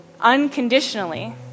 unconditionally